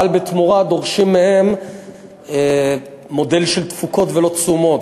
אבל בתמורה דורשים מהן מודל של תפוקות ולא תשומות.